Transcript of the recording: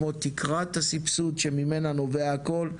כמו תקרת הסבסוד שממנה נובע הכל,